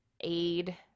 aid